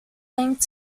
linked